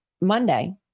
Monday